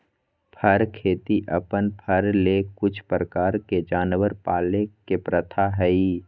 फर खेती अपन फर ले कुछ प्रकार के जानवर पाले के प्रथा हइ